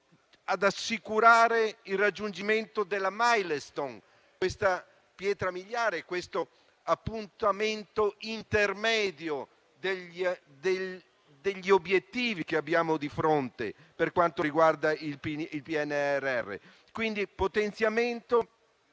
ad assicurare il raggiungimento della *milestone*, una pietra miliare, un appuntamento intermedio degli obiettivi che abbiamo di fronte per quanto riguarda il PNRR;